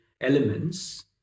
elements